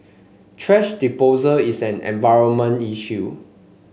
thrash disposal is an environment issue